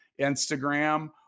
Instagram